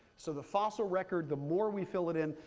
so the fossil record, the more we fill it in,